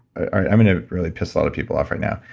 i'm gonna really piss a lot of people off right now,